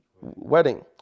wedding